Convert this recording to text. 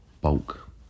bulk